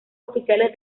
oficiales